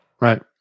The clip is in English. Right